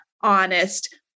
honest